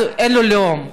אז אין לו לאום.